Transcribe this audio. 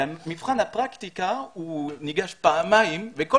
ולמבחן הפרקטיקה הוא ניגש פעמיים וכל